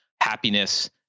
happiness